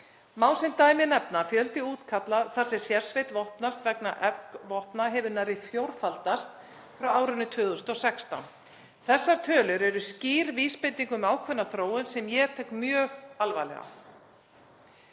Má sem dæmi nefna að fjöldi útkalla þar sem sérsveit vopnast vegna eggvopna hefur nær fjórfaldast frá árinu 2016. Þessar tölur eru skýr vísbending um ákveðna þróun sem ég tek mjög alvarlega.